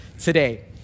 today